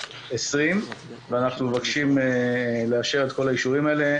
15-139-20. ואנחנו מבקשים לאשר את כל האישורים האלה.